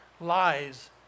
lies